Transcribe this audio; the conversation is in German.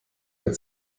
mehr